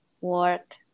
work